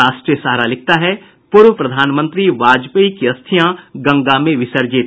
राष्ट्रीय सहारा लिखता है पूर्व प्रधानमंत्री वाजपेयी की अस्थियां गंगा में विसर्जित